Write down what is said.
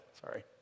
sorry